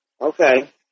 Okay